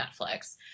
Netflix